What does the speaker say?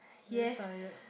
very tired